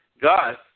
Gus